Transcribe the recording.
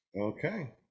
Okay